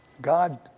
God